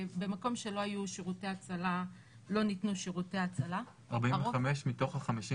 במקום שלא ניתנו שירותי הצלה -- 45 מתוך ה-51?